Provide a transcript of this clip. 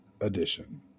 edition